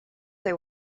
they